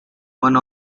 one